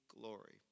glory